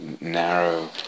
narrow